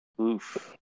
Oof